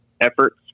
efforts